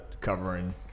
covering